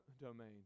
domain